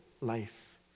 life